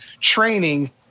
training